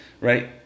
right